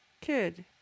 kid